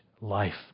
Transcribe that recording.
life